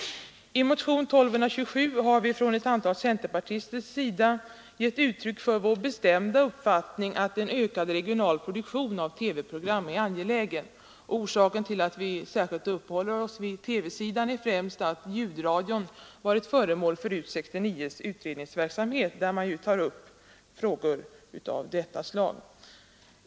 I motionen 1227 har vi, ett antal centerpartister, givit uttryck för vår bestämda uppfattning att en ökad regional produktion av TV-program är angelägen. Orsaken till att vi särskilt uppehåller oss vid TV-sidan är främst att ljudradion varit föremål för RUT 69:s utredningsverksamhet, där frågor av detta slag tagits upp.